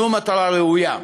זו מטרה ראויה.